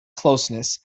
closeness